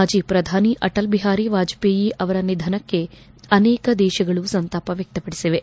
ಮಾಜಿ ಪ್ರಧಾನಿ ಅಟಲ್ ಬಿಹಾರಿ ವಾಜಪೇಯಿ ಅವರ ನಿಧನಕ್ಕೆ ಅನೇಕ ದೇಶಗಳು ಸಂತಾಪ ವ್ಯಕ್ತಪಡಿಸಿವೆ